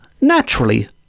naturally